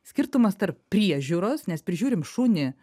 skirtumas tarp priežiūros nes prižiūrim šunį